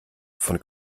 von